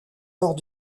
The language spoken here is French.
lors